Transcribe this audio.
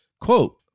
Quote